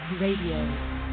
Radio